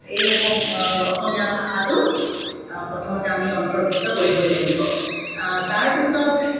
এই অসমীয়া ভাষাটো প্ৰথমতে আমি অন্তৰ্ভুক্ত কৰিবই লাগিব তাৰপিছত